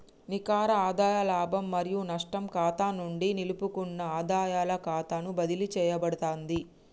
నికర ఆదాయ లాభం మరియు నష్టం ఖాతా నుండి నిలుపుకున్న ఆదాయాల ఖాతాకు బదిలీ చేయబడతాంది